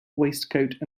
waistcoat